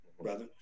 brother